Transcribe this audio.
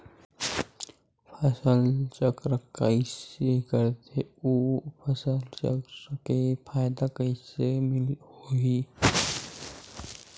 फसल चक्र कइसे करथे उ फसल चक्र के फ़ायदा कइसे से होही?